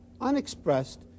unexpressed